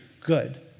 good